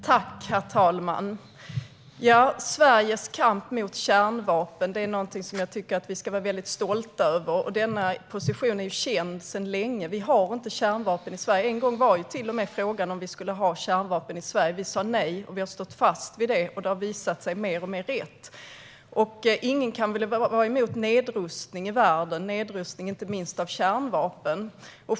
Herr talman! Sveriges kamp mot kärnvapen är någonting som jag tycker att vi ska vara stolta över. Denna position är känd sedan länge. Vi har inte kärnvapen i Sverige. En gång togs frågan om vi skulle ha kärnvapen i Sverige upp, men vi sa nej och vi har stått fast vid det. Det har visat sig vara mer och mer rätt. Ingen kan väl vara emot nedrustning i världen, inte minst nedrustning av kärnvapen.